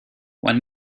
one